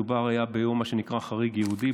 מדובר היה במה שנקרא יום "חריג יהודי",